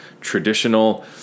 traditional